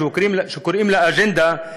שקוראים לה "אג'נדה",